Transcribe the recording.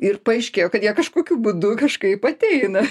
ir paaiškėjo kad jie kažkokiu būdu kažkaip ateina